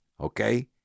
okay